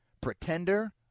Pretender